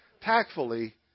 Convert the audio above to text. Tactfully